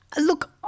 Look